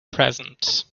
present